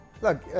look